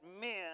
men